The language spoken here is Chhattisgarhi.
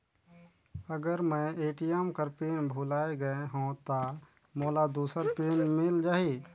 अगर मैं ए.टी.एम कर पिन भुलाये गये हो ता मोला दूसर पिन मिल जाही?